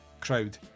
crowd